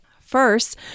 First